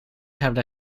hebben